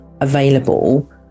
available